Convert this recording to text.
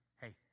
Hey